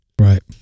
Right